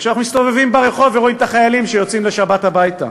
וכשאנחנו מסתובבים ברחוב ורואים את החיילים שיוצאים לשבת הביתה.